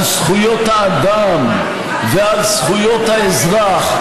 על זכויות האדם ועל זכויות האזרח,